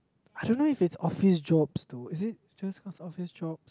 I don't know if it's office jobs though is it just cause office jobs